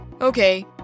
-"Okay